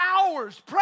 hours